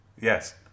Yes